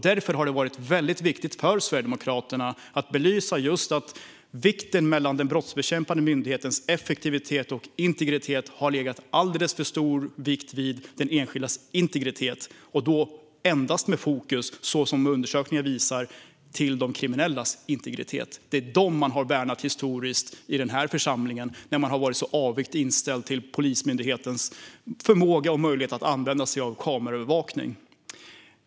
Därför har det varit väldigt viktigt för Sverigedemokraterna att belysa att jämfört med den brottsbekämpande myndighetens effektivitet och integriteten har man lagt alldeles för stor vikt vid den enskildas integritet. Och som undersökningen visar har man endast haft fokus på de kriminellas integritet. Dem har man historiskt värnat i denna församling när man har varit så avogt inställd till Polismyndighetens förmåga och möjlighet att använda sig av kameraövervakning.